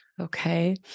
okay